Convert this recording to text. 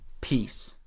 Peace